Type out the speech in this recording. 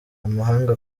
amahanga